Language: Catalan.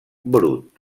brut